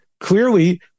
clearly